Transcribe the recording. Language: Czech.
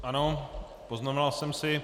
Ano, poznamenal jsem si.